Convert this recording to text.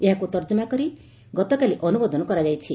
ଏହାକୁ ତର୍କମା ପରେ ଗତକାଲି ଅନ୍ମୋଦନ କରାଯାଇଛି